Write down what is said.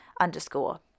underscore